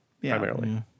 primarily